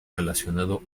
relacionado